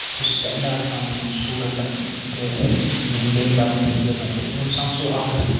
سُہ سِٹینڈاڈ سان تِمن سٹوٗڈنٹن تہِ مینٹین کرُن ٹیٖچٲرزن تہِ تِمن چھُ آسان سُہ اکھ